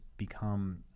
Become